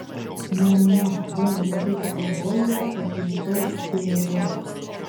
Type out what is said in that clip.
niam niam vien apie tai pagalvojusi pasijutau gerėliau